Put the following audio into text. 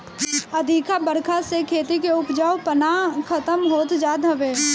अधिका बरखा से खेती के उपजाऊपना खतम होत जात हवे